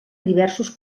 diversos